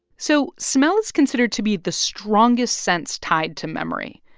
so smell is considered to be the strongest sense tied to memory,